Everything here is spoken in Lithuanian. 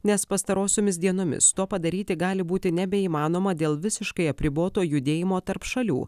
nes pastarosiomis dienomis to padaryti gali būti nebeįmanoma dėl visiškai apriboto judėjimo tarp šalių